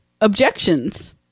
objections